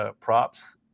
props